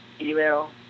email